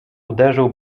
uderzył